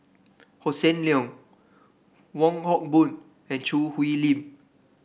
Hossan Leong Wong Hock Boon and Choo Hwee Lim